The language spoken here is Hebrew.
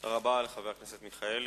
תודה רבה, חבר הכנסת מיכאלי.